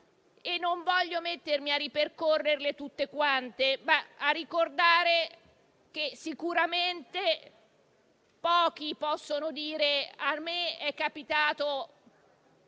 Non voglio mettermi a ripercorrerle tutte quante, ma ricordare invece che sicuramente pochi possono dire che gli è capitata